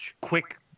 quick